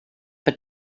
but